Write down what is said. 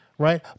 right